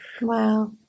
Wow